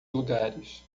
lugares